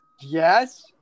Yes